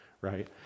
right